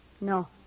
No